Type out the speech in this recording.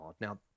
Now